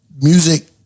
music